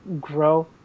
grow